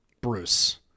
Bruce